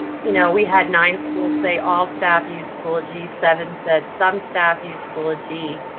you know, we had nine schools, say all staff use schoology. seven said some staff use schoology,